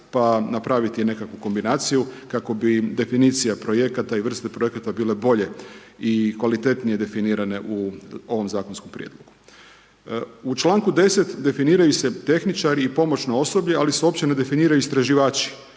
pa napraviti nekakvu kombinaciju kako bi definicija projekata i vrsta projekata bile bolje i kvalitetnije definirane u ovom zakonskom prijedlogu. U članku 10. definiraju se tehničari i pomoćno osoblje, ali se uopće ne definiraju istraživači